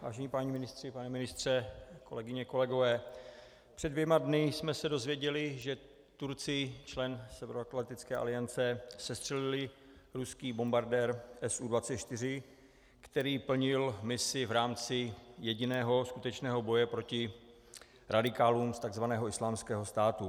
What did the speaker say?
Vážení páni ministři, pane ministře, kolegyně, kolegové, před dvěma dny jsme se dozvěděli, že Turci, člen Severoatlantické aliance, sestřelili ruský bombardér SU24, který plnil misi v rámci jediného skutečného boje proti radikálům z takzvaného Islámského státu.